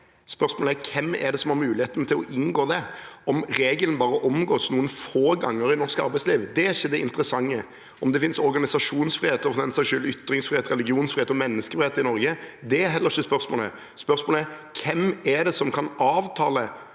Hvem er det som har muligheten til å inngå avtale der? Om regelen bare omgås noen få ganger i norsk arbeidsliv, er ikke det det interessante. Om det finnes organisasjonsfrihet – og for den saks skyld ytringsfrihet, religionsfrihet og menneskeretter – i Norge, er heller ikke spørsmålet. Spørsmålet er: Hvem er det som kan avtale,